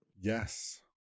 Yes